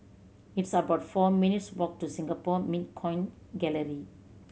it's about four minutes' walk to Singapore Mint Coin Gallery